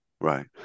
Right